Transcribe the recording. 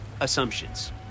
assumptions